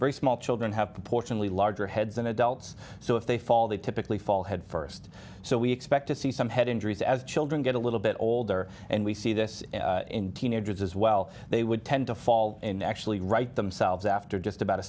very small children have proportionally larger heads than adults so if they fall they typically fall head first so we expect to see some head injuries as children get a little bit older and we see this in teenagers as well they would tend to fall and actually write themselves after just about a